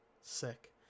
sick